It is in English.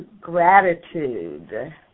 gratitude